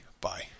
Bye